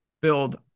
build